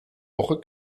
woche